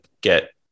get